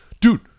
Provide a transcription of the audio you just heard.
Dude